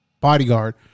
bodyguard